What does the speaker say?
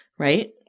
Right